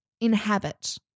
inhabit